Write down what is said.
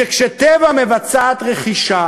שכש"טבע" מבצעת רכישה,